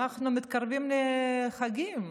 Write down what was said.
אנחנו מתקרבים לחגים,